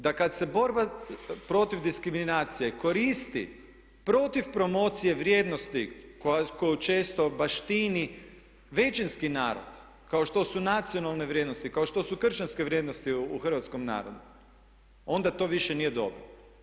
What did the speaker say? Da kad se borba protiv diskriminacije koristi protiv promocije vrijednosti koju često baštini većinski narod kao što su nacionalne vrijednosti, kao što su kršćanske vrijednosti u Hrvatskom narodu onda to više nije dobro.